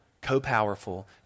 co-powerful